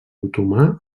otomà